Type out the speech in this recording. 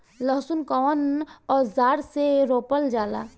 लहसुन कउन औजार से रोपल जाला?